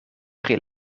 pri